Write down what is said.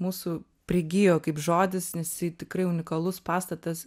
mūsų prigijo kaip žodis nes jisai tikrai unikalus pastatas